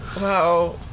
Wow